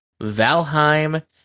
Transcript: Valheim